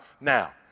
Now